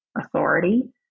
authority